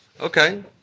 Okay